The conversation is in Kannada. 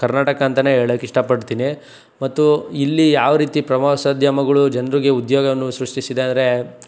ಕರ್ನಾಟಕ ಅಂತಲೇ ಹೇಳಕ್ಕಿಷ್ಟಪಡ್ತೀನಿ ಮತ್ತು ಇಲ್ಲಿ ಯಾವ ರೀತಿ ಪ್ರವಾಸೋದ್ಯಮಗಳು ಜನ್ರಿಗೆ ಉದ್ಯೋಗವನ್ನು ಸೃಷ್ಟಿಸಿದೆ ಅಂದರೆ